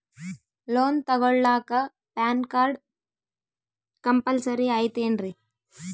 Loan ತೊಗೊಳ್ಳಾಕ PAN card compulsory ಐಯ್ತೇನ್ರಿ?